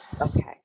Okay